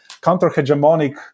counter-hegemonic